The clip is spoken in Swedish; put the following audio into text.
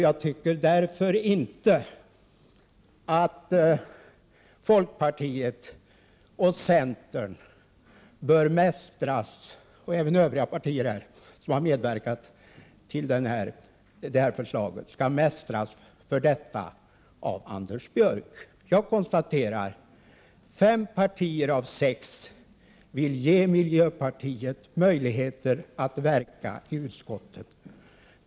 Jag tycker därför inte att folkpartiet och centerpartiet, eller övriga partier som har medverkat till det framlagda förslaget, skall mästras av Anders Björck. Jag konstaterar att fem partier av sex vill ge miljöpartiet möjligheter att verka i utskotten.